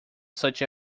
such